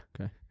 Okay